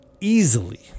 easily